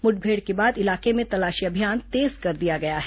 मुठभेड़ के बाद इलाके में तलाशी अभियान तेज कर दिया गया है